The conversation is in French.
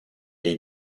les